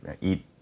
eat